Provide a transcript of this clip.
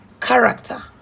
character